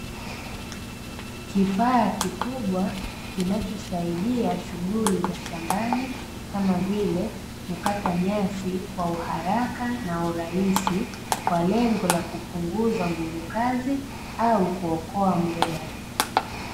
Kifaa kikubwa kinachosaidia shughuli za shambani kama vile kukata nyasi kwa uharaka na urahisi kwa lengo la kupunguza nguvu kazi au kuokoa muda.